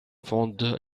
fonde